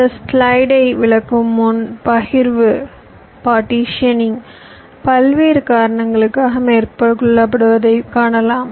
இந்த ஸ்லைடை விளக்கும் முன் பகிர்வு பல்வேறு காரணங்களுக்காக மேற்கொள்ளப்படுவதை காணலாம்